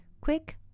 Quick